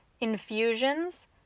infusions